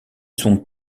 son